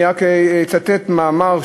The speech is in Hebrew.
אני רק אצטט מאמר,